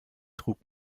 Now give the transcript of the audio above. trug